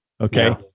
Okay